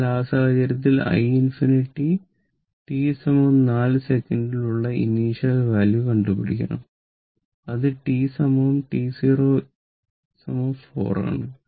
അതിനാൽ ആ സാഹചര്യത്തിൽ i ∞ t 4 സെക്കൻഡിൽ ഉള്ള ഇനീഷ്യൽ വാല്യൂ കണ്ടുപിടിക്കണം അത് t t 0 4 ആണ്